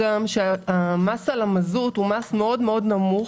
המס על המזוט הוא מאוד-מאוד נמוך,